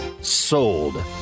Sold